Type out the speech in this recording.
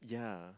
yeah